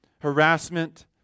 harassment